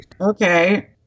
Okay